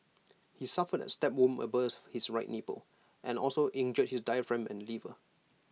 he suffered A stab wound above his right nipple and also injured his diaphragm and liver